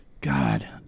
god